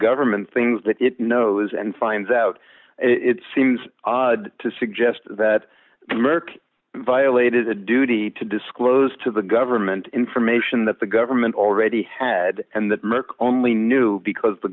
government things that it knows and finds out it seems odd to suggest that merck violated a duty to disclose to the government information that the government already had and that merck only knew because the